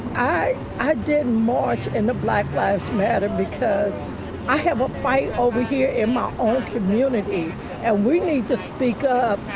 i i didn't march in the black lives matter because i have a fight over here in my own community and we need to speak up.